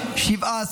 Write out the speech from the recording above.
וטובה.